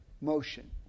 motion